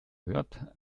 hört